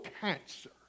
cancer